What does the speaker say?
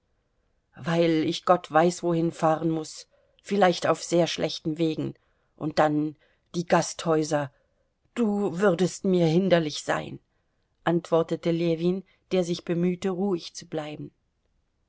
weil ich gott weiß wohin fahren muß vielleicht auf sehr schlechten wegen und dann die gasthäuser du würdest mir hinderlich sein antwortete ljewin der sich bemühte ruhig zu bleiben